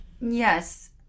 Yes